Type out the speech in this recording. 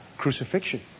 crucifixion